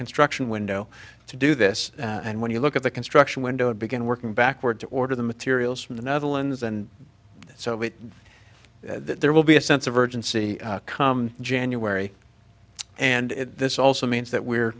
construction window to do this and when you look at the construction window and begin working backwards order the materials from the netherlands and so it there will be a sense of urgency come january and this also means that we're